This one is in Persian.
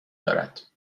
دارد